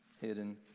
hidden